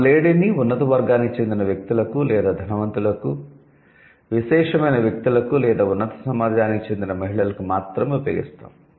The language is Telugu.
మేము 'లేడీ'ని ఉన్నత వర్గానికి చెందిన వ్యక్తులకు లేదా ధనవంతులకు విశేషమైన వ్యక్తులకు లేదా ఉన్నత సమాజానికి చెందిన మహిళలకు మాత్రమే ఉపయోగిస్తాము